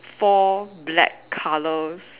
four black colours